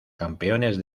campeones